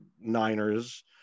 Niners